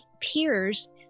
peers